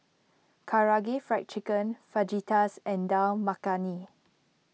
Karaage Fried Chicken Fajitas and Dal Makhani